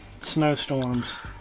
snowstorms